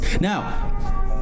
now